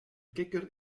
kikker